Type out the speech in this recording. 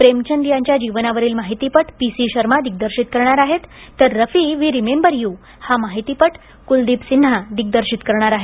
प्रेमचंद यांच्या जीवनावरील माहितीपट पी सी शर्मा दिग्दर्शित करणार आहेत तर रफी वी रिमेंबर यू हा माहितीपट कुलदिप सिन्हा दिग्दर्शित करणार आहेत